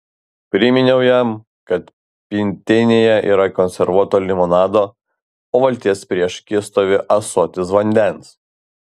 priminiau jam kad pintinėje yra konservuoto limonado o valties priešakyje stovi ąsotis vandens